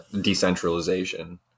Decentralization